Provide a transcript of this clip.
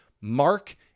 mark